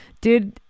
dude